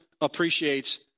appreciates